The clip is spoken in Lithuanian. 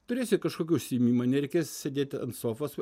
turėsi kažkokį užsiėmimą nereikės sėdėti ant sofos